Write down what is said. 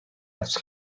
ers